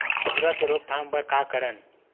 भूरा के रोकथाम बर का करन?